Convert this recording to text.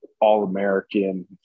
All-American